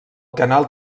canal